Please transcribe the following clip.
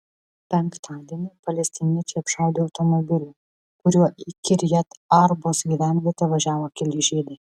penktadienį palestiniečiai apšaudė automobilį kuriuo į kirjat arbos gyvenvietę važiavo keli žydai